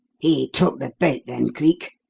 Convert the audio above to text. he took the bait, then, cleek?